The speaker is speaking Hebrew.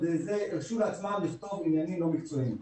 רשתות הרשו לעצמם לכתוב עניינים לא מקצועיים.